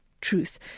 truth